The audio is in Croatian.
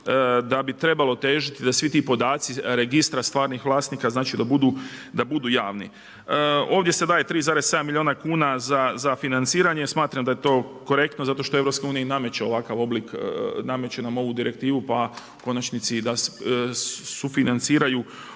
da bi trebalo težiti da svi ti podaci registra stvarnih vlasnika da budu javni. Ovdje se daje 3,7 milijuna kuna za financiranje, smatram da je to korektno za što EU nameće ovakav oblik, nameće nam ovu direktivu pa u konačnici da i sufinanciraju